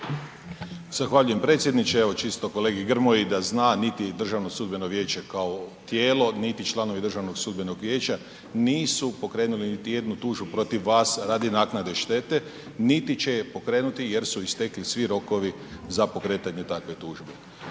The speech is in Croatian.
Zahvaljujem predsjedniče, evo čisto kolegi Grmoji da zna niti DSV kao tijelo, niti članovi DSV-a nisu pokrenuli niti jednu tužbu protiv vas radi naknade štete, niti će je pokrenuti jer su istekli svi rokovi za pokretanje takve tužbe.